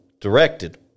Directed